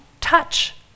touch